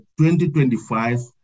2025